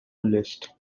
list